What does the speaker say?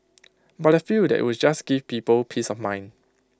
but I feel that IT would just give people peace of mind